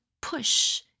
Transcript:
push